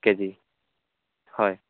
KG হয়